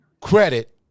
credit